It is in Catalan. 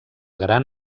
gran